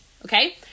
Okay